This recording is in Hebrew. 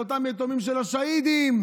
לאותם יתומים של השהידים,